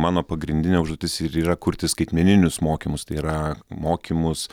mano pagrindinė užduotis ir yra kurti skaitmeninius mokymus tai yra mokymus